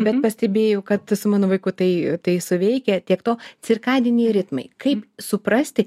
bet pastebėjau kad mano vaiku tai tai suveikia tiek to cirkadiniai ritmai kaip suprasti